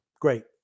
Great